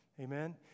Amen